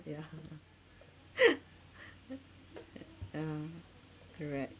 ya lah yeah correct